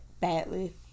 badly